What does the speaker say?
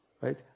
right